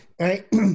Right